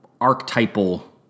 archetypal